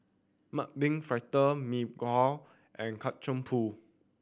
mung bean fritter Mee Kuah and Kacang Pool